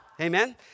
Amen